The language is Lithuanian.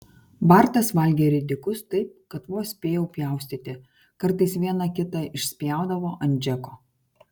bartas valgė ridikus taip kad vos spėjau pjaustyti kartais vieną kitą išspjaudavo ant džeko